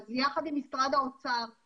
כי הצרכים שלהם לא השתנו,